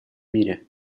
мире